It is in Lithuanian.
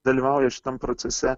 dalyvauja šitam procese